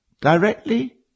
directly